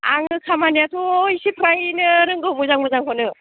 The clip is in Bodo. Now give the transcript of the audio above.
आङो खामानियाथ' एसे फ्रायनो रोंगौ मोजां मोजांखौनो